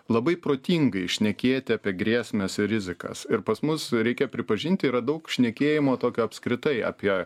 labai protingai šnekėti apie grėsmes ir rizikas ir pas mus reikia pripažinti yra daug šnekėjimo tokio apskritai apie